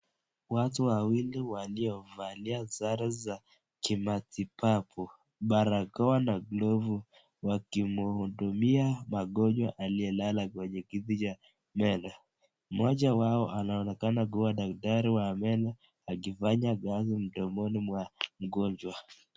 Watu wawili waliovalia sare za kimatibabu barakoa na glovu wakimhudumia mgonjwa aliyelala kwa kititi cha meno. Mmoja wao anaonekana kuwa daktari wa meno akifanya kazi mdomoni mwa mgonjwa.